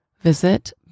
Visit